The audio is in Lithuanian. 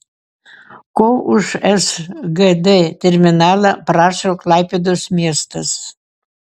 ko už sgd terminalą prašo klaipėdos miestas